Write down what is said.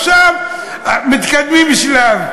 עכשיו מתקדמים שלב.